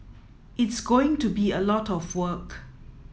it's going to be a lot of work